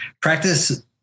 practice